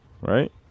right